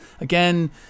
Again